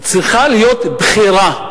צריכה להיות בחירה.